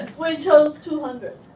and we chose two hundred.